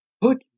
put